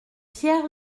pierre